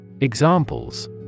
Examples